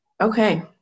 okay